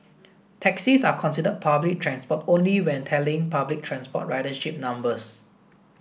taxis are considered public transport only when tallying public transport ridership numbers